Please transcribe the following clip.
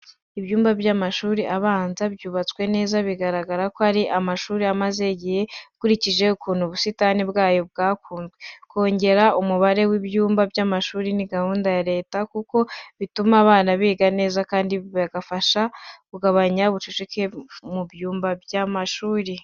Ibyumba by'amashuri abanza byubatswe neza, bigaragara ko ari amashuri amaze igihe ukurikije ukuntu ubusitani bwayo bwakuze. Kongera umubare w'ibyumba by'amashuri ni gahunda ya Leta kuko bituma abana biga neza kandi bigafasha kugabanya ubucucike mu byumba by’amashuri.